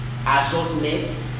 adjustment